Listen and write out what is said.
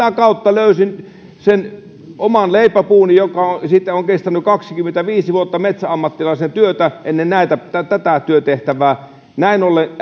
sitä kautta löysin sen oman leipäpuuni joka sitten on kestänyt kaksikymmentäviisi vuotta metsäammattilaisen työtä ennen tätä työtehtävää